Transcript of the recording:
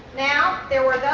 now there was